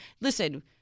listen